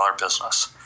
business